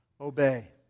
obey